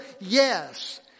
Yes